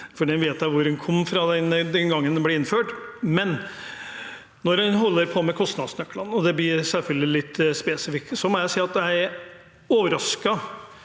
jeg vet hvor det kom fra den gangen det ble innført. Når en holder på med kostnadsnøklene – og det blir selvfølgelig litt spesifikt – må jeg si jeg er overrasket